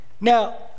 now